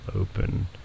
open